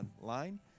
online